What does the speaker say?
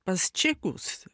pas čekus